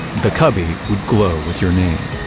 the cubby would glow with your name.